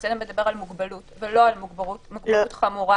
וזה מדבר על מוגבלות ולא על מוגבלות חמורה.